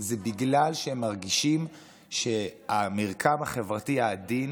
זה בגלל שהם מרגישים שהמרקם החברתי העדין